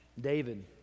David